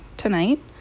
Tonight